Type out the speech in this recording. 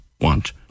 want